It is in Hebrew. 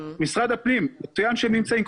משרד הפנים מצוין שהם נמצאים,